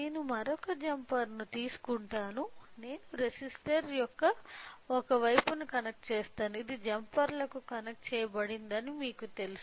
నేను మరొక జంపర్ను తీసుకుంటాను నేను రెసిస్టర్ యొక్క ఒక వైపును కనెక్ట్ చేస్తాను ఇది జంపర్లకు కనెక్ట్ చేయబడిందని మీకు తెలుసు